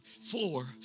four